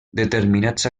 determinats